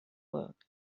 work